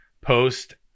post